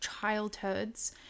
childhoods